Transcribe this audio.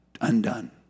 undone